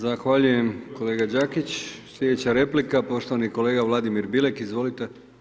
Zahvaljujem kolega Đakić, sljedeća replika, poštivani kolega Vladimir Bilek, izvolite.